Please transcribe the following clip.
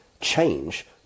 change